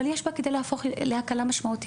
אבל יש בה כדי להפוך להקלה משמעותית.